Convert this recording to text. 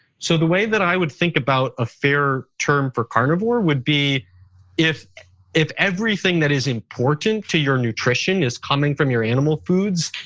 so the way that i would think about a fair term for carnivore would be if if everything that is important to your nutrition is coming from your animal foods,